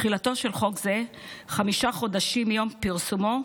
תחילתו של חוק זה חמישה חודשים מיום פרסומו,